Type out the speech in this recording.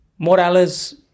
Morales